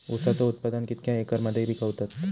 ऊसाचा उत्पादन कितक्या एकर मध्ये पिकवतत?